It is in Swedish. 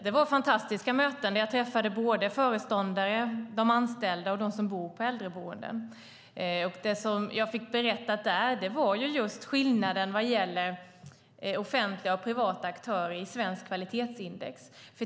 Det var fantastiska möten där jag träffade föreståndare, anställda och de som bor på äldreboenden. Det som man berättade för mig handlade om skillnaden vad gäller offentliga och privata aktörer i svenskt kvalitetsindex.